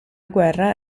guerra